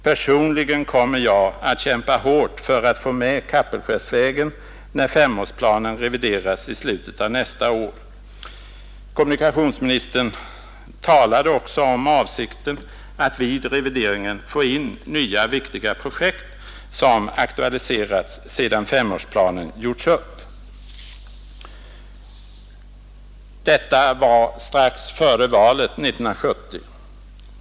Personligen kommer jag att kämpa hårt för att få med Kapellskärsvägen när femårsplanen revideras i slutet av nästa år.” Kommunikationsministern talade också om avsikten att vid revideringen få med nya viktiga projekt, som aktualiserats sedan femårsplanen gjorts upp. Detta var strax före valet 1970.